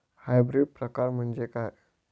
Hybrid प्रकार म्हणजे काय?